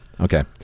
Okay